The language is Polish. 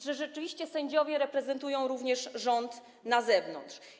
Czy rzeczywiście sędziowie reprezentują również rząd na zewnątrz?